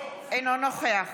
אינו נוכח